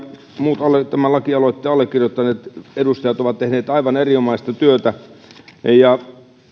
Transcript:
muut tämän lakialoitteen allekirjoittaneet edustajat ovat tehneet aivan erinomaista työtä